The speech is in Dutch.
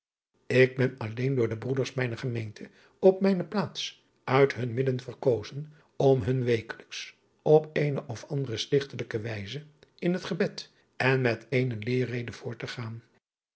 k ben alleen door de broeders mijner gemeente op mijne plaats uit hun midden verkozen om hun wekelijks op eene of andere stichtelijke wijze in het gebed en met eene leerrede voor te gaan